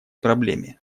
проблеме